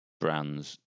brands